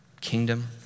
kingdom